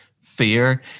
fear